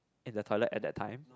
in the toilet at that time